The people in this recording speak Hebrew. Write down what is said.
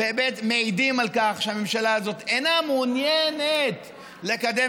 ובאמת מעידים על כך שהממשלה הזאת אינה מעוניינת לקדם